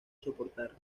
soportar